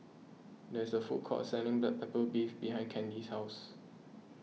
there is a food court selling Black Pepper Beef behind Candi's house